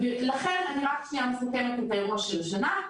לכן אני רק שניה מסכמת את האירוע של השנה,